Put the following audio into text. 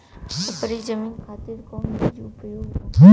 उपरी जमीन खातिर कौन बीज उपयोग होखे?